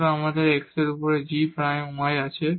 সুতরাং আমাদের x এর ওপরে g প্রাইম y আছে